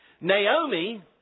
Naomi